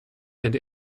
and